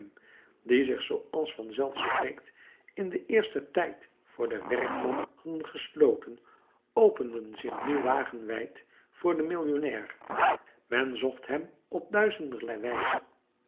die zich zooals vanzelf spreekt in den eersten tijd voor den werkman hadden gesloten openden zich nu wagenwijd voor den millionnair men zocht hem op duizenderlei wijzen